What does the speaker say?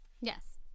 Yes